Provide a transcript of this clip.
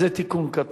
איזה תיקון קטן.